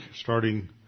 starting